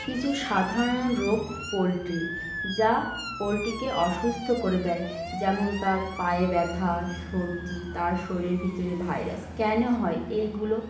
কিছু সাধারণ রোগ পোলট্রি যা পোলট্রিকে অসুস্থ করে দেয় যেমন তার পায়ে ব্যথা সর্দি তার শরীরের ভিতরে ভাইরাস কেন হয় এইগুলো